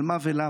על מה ולמה?